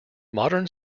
modern